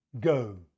go